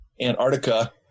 Antarctica